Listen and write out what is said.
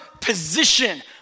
position